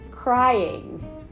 crying